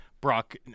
Brock